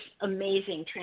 amazing